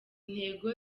ntego